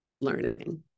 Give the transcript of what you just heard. learning